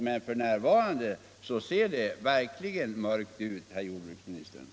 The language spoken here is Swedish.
Men f.n. ser det verkligen mörkt ut, herr jordbruksminister!